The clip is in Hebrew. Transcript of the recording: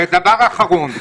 ודבר אחרון,